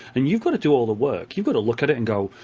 and you've got to do all the work. you've got to look at it and go,